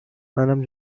منم